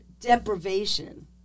deprivation